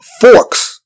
Forks